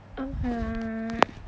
okay